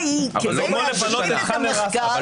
כמו לפנות את חאן אחמר.